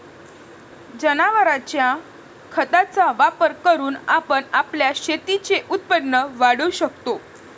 जनावरांच्या खताचा वापर करून आपण आपल्या शेतीचे उत्पन्न वाढवू शकतो